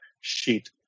sheet